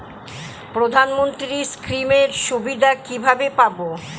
প্রধানমন্ত্রী স্কীম এর সুবিধা কিভাবে পাবো?